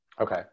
Okay